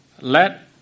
let